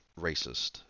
racist